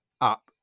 up